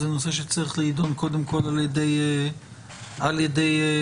זה נושא שצריך להידון קודם כל על ידי השרה.